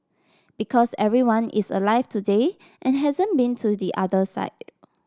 because everyone is alive today and hasn't been to the other side